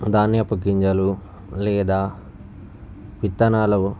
ధాన్యపు గింజలు లేదా విత్తనాలు